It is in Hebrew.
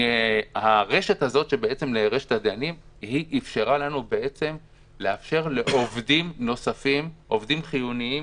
הרשת הזאת של הדיינים אפשרה לנו בעצם לאפשר לעובדים חיוניים